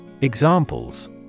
Examples